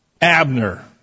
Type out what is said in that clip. Abner